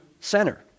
Center